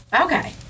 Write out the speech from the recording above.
Okay